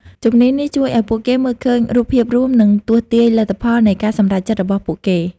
ជំនាញនេះជួយឲ្យពួកគេមើលឃើញរូបភាពរួម និងទស្សន៍ទាយលទ្ធផលនៃការសម្រេចចិត្តរបស់ពួកគេ។